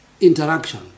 interaction